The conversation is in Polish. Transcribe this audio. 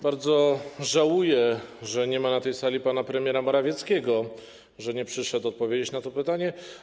Bardzo żałuję, że nie ma na tej sali pana premiera Morawieckiego, że nie przyszedł odpowiedzieć na to pytanie.